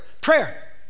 Prayer